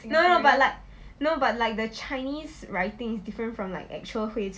no no but like no but like the chinese writing is different from like actual 灰尘